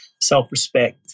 Self-respect